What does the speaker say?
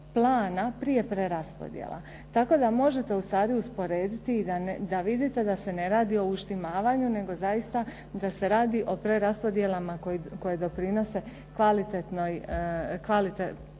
plana prije preraspodjela, tako da možete ustvari usporediti da vidite da se ne radi o uštimavanju, nego zaista da se radi o preraspodjelama koje doprinose kvaliteti rezultata